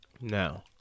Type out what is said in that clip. Now